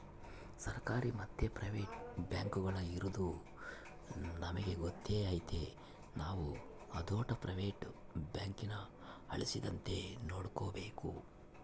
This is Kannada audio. ಸರ್ಕಾರಿ ಮತ್ತೆ ಪ್ರೈವೇಟ್ ಬ್ಯಾಂಕುಗುಳು ಇರದು ನಮಿಗೆ ಗೊತ್ತೇ ಐತೆ ನಾವು ಅದೋಟು ಪ್ರೈವೇಟ್ ಬ್ಯಾಂಕುನ ಅಳಿಸದಂತೆ ನೋಡಿಕಾಬೇಕು